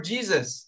Jesus. (